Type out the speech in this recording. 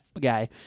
guy